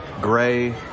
gray